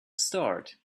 start